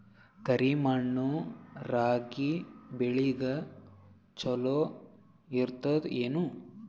ಕರಿ ಮಣ್ಣು ರಾಗಿ ಬೇಳಿಗ ಚಲೋ ಇರ್ತದ ಏನು?